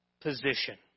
position